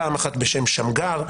פעם אחת בשם שמגר.